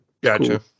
gotcha